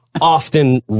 often